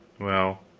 well,